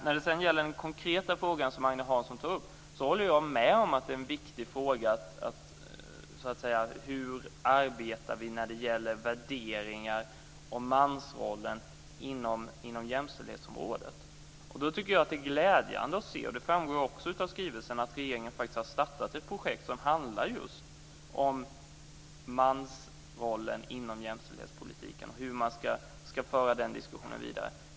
När det sedan gäller den konkreta frågan som Agne Hansson tar upp håller jag med om att den är viktig. Det handlar om hur vi arbetar när det gäller värderingar om mansrollen inom jämställdhetsområdet. Jag tycker att det är glädjande att se - och det framgår också av skrivelsen - att regeringen har startat ett projekt som handlar just om mansrollen inom jämställdhetspolitiken och om hur man ska föra den diskussionen vidare.